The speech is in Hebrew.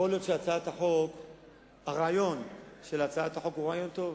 יכול להיות שהרעיון של הצעת החוק הוא רעיון טוב,